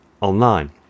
online